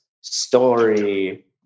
story